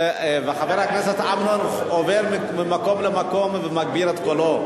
וחבר הכנסת אמנון עובר ממקום למקום ומגביר את קולו,